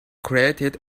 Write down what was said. created